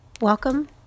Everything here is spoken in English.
Welcome